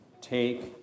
Take